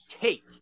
take